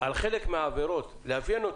חלק מהעבירות לאפיין,